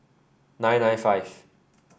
nine nine five